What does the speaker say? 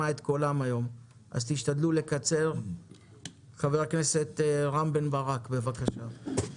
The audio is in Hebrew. חבר הכנסת רם בן ברק, בבקשה.